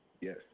Yes